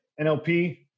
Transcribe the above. NLP